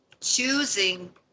choosing